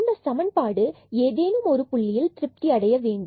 இந்த சமன்பாடு ஏதேனும் ஒரு புள்ளியில் திருப்தி அடைய வேண்டும்